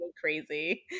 crazy